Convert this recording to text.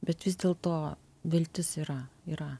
bet vis dėlto viltis yra yra